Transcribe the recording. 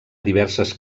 diverses